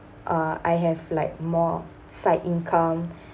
uh I have like more side income